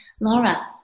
Laura